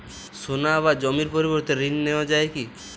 সোনা বা জমির পরিবর্তে ঋণ নেওয়া যায় কী?